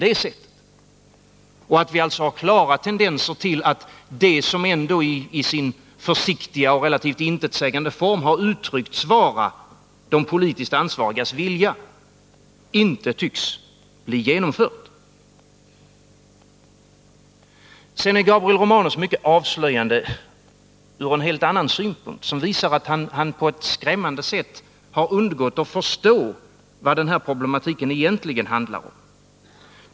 Vi har alltså klara tendenser till att det som ändå i sin försiktiga och relativt intetsägande form har uttryckts vara de politiskt ansvarigas vilja inte tycks bli genomfört. : Gabriel Romanus är avslöjande också ur en helt annan synpunkt, som på ett skrämmande sätt visar att han har undgått att förstå vad den här problematiken egentligen handlar om.